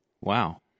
Wow